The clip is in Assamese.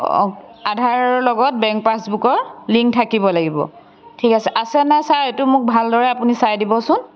অঁ আধাৰৰ লগত বেংক পাছবুকৰ লিংক থাকিব লাগিব ঠিক আছে আছে নে নাই ছাৰ এইটো মোক ভালদৰে আপুনি চাই দিবচোন